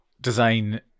design